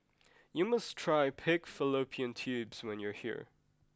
you must try pig fallopian tubes when you are here